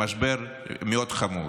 למשבר מאוד חמור.